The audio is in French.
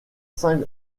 saint